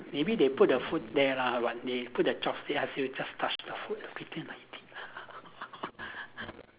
maybe they put the food there lah but they put the chopsticks ask you just touch the food pretend nothing lah